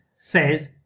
says